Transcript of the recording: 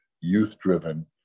youth-driven